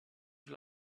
you